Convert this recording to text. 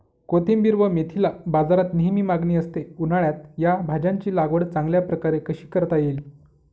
कोथिंबिर व मेथीला बाजारात नेहमी मागणी असते, उन्हाळ्यात या भाज्यांची लागवड चांगल्या प्रकारे कशी करता येईल?